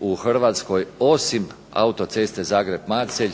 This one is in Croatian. u Hrvatskoj osim autoceste Zagreb-Macelj